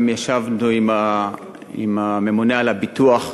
גם ישבנו עם הממונה על הביטוח,